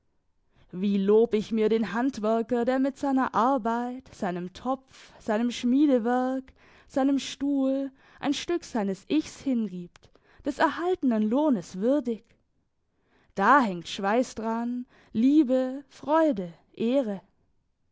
wie lob ich mir den handwerker der mit seiner arbeit seinem topf seinem schmiedewerk seinem stuhl ein stück seines ichs hingibt des erhaltenen lohnes würdig da hängt schweiss daran liebe freude ehre